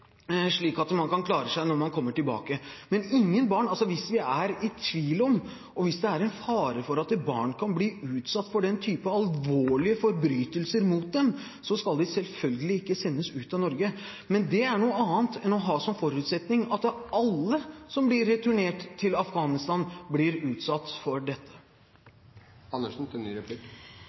slik at man kan klare seg når man kommer tilbake. Men hvis vi er i tvil om det, og hvis det er en fare for at barn kan bli utsatt for den type alvorlige forbrytelser, skal de selvfølgelig ikke sendes ut av Norge. Men det er noe annet enn å ha som forutsetning at alle som blir returnert til Afghanistan, blir utsatt for dette. Det er rimelig å vurdere om man skal returnere barnefamilier til